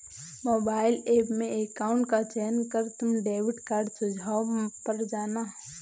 mobile app में account का चयन कर तुम डेबिट कार्ड सुझाव पर जाना